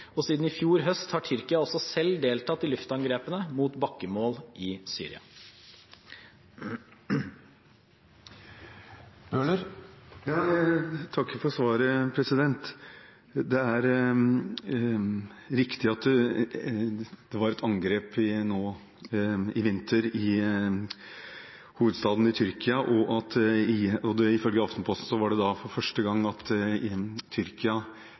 og siden i fjor høst har Tyrkia også selv deltatt i luftangrepene mot bakkemål i Syria. Jeg takker for svaret. Det er riktig at det var et angrep nå i vinter i hovedstaden i Tyrkia, og ifølge Aftenposten var det første gang Tyrkia gjennomførte angrep mot IS, eller ISIL, i Syria. Jeg håper at det vil være en utvikling som blir klarere, at Tyrkia